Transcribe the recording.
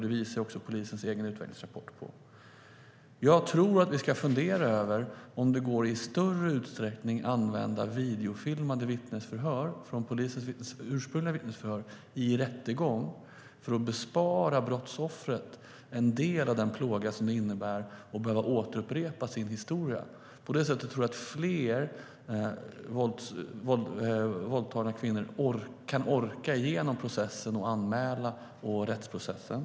Det visar också polisens egna utvecklingsrapporter. Jag tror att vi ska fundera över om det går att i större utsträckning använda polisens ursprungliga, videofilmade vittnesförhör i rättegång för att bespara brottsoffret en del av den plåga det innebär att behöva upprepa sin historia. På det sättet tror jag att fler våldtagna kvinnor kan orka igenom anmälningsprocessen och rättsprocessen.